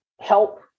help